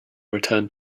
return